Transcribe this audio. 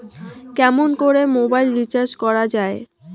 কেমন করে mobile recharge করা য়ায়?